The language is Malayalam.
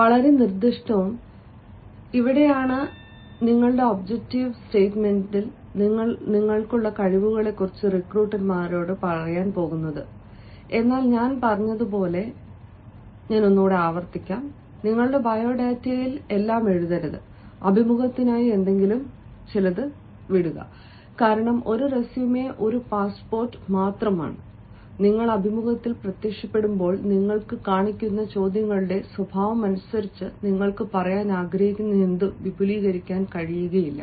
വളരെ നിർദ്ദിഷ്ടവും ഇവിടെയാണ് നിങ്ങളുടെ ഒബ്ജക്റ്റീവ് സ്റ്റേറ്റ്മെന്റിൽ നിങ്ങൾക്കുള്ള കഴിവുകളെക്കുറിച്ച് റിക്രൂട്ടർമാരോട് പറയാൻ പോകുന്നത് എന്നാൽ ഞാൻ പറഞ്ഞതുപോലെ ഞാൻ ആവർത്തിക്കും നിങ്ങളുടെ ബയോഡാറ്റയിൽ എല്ലാം എഴുതരുത് അഭിമുഖത്തിനായി എന്തെങ്കിലും വിടുക കാരണം ഒരു റെസ്യുമെ ഒരു പാസ്പോർട്ട് മാത്രമാണ് നിങ്ങൾ അഭിമുഖത്തിൽ പ്രത്യക്ഷപ്പെടുമ്പോൾ നിങ്ങൾക്ക് കാണിക്കുന്ന ചോദ്യങ്ങളുടെ സ്വഭാവമനുസരിച്ച് നിങ്ങൾക്ക് പറയാൻ ആഗ്രഹിക്കുന്നതെന്തും വിപുലീകരിക്കാൻ കഴിയില്ല